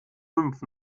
fünf